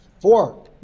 four